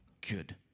good